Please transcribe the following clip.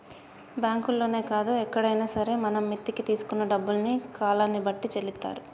బ్యాంకుల్లోనే కాదు ఎక్కడైనా సరే మనం మిత్తికి తీసుకున్న డబ్బుల్ని కాలాన్ని బట్టి చెల్లిత్తారు